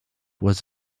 was